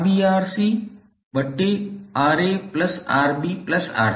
अब R1 का मान क्या है